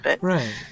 Right